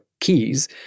keys